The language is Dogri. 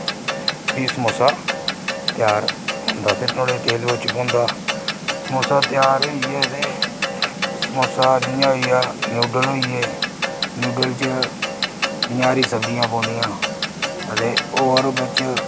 प्ही समोसा त्यार होंदा ते नुहाड़े च तेल होंदा समोसा त्यार होइयै ते समोसा जियां होइया नूड्ल्स होइये नूड्ल च इं'या हरी सब्जियां पौंदियां ते होर बिच